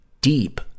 deep